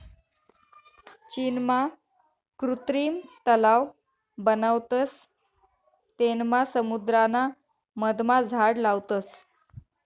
चीनमा कृत्रिम तलाव बनावतस तेनमा समुद्राना मधमा झाड लावतस